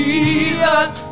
Jesus